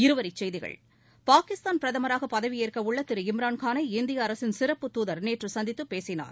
இருவரி செய்திகள் பாகிஸ்தான் பிரதமராக பதவியேற்க உள்ள திரு இம்ரான் கானை இந்திய அரசின் சிறப்பு தூதர் நேற்று சந்தித்து பேசினார்